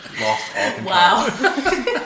Wow